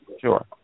Sure